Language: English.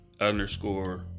underscore